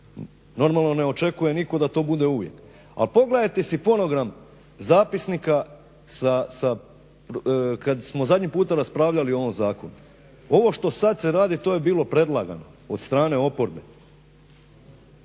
Normalno ne očekuje nitko da to bude uvijek, ali pogledajte si fonogram zapisnika kad smo zadnji puta raspravljali o ovom zakonu. Ovo što sad se radi to je bilo predlagano od strane oporbe.